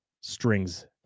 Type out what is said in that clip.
strings